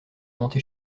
monter